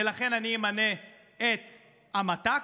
ולכן אני אמנה את המת"ק,